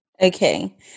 Okay